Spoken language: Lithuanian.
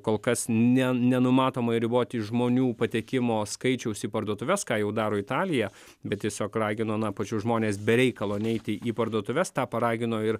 kol kas ne nenumatoma riboti žmonių patekimo skaičiaus į parduotuves ką jau daro italija bet tiesiog ragino na pačius žmones be reikalo neiti į parduotuves tą paragino ir